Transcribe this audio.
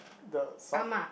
the sock